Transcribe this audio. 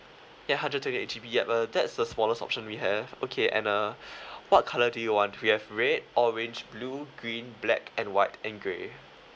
yeah hundred and twenty eight G_B yup uh that's the smallest option we have okay and uh what colour do you want we have red orange blue green black and white and grey